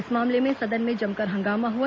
इस मामले में सदन में जमकर हंगामा हुआ